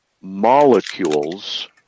molecules